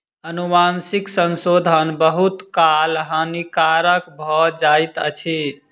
अनुवांशिक संशोधन बहुत काल हानिकारक भ जाइत अछि